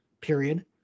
period